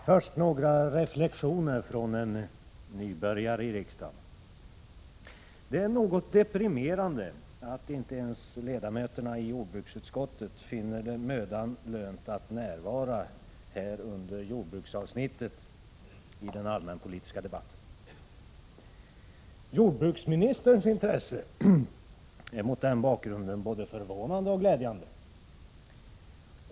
Herr talman! Först några reflektioner från en nybörjare i riksdagen. Det är något deprimerande att inte ens ledamöterna i jordbruksutskottet finner det mödan lönt att närvara under jordbruksavsnittet i den allmänpolitiska debatten. Jordbruksministerns intresse är mot den bakgrunden både förvånande och glädjande.